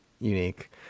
unique